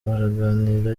baraganira